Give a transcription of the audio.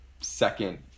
second